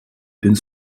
punt